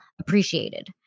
appreciated